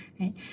right